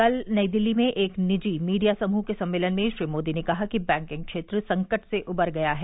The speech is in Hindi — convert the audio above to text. कल नई दिल्ली में एक निजी मीडिया समूह के सम्मेलन में श्री मोदी ने कहा कि बैंकिंग क्षेत्र संकट से उबर गया है